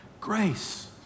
grace